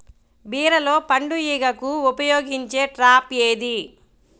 బీరలో పండు ఈగకు ఉపయోగించే ట్రాప్ ఏది?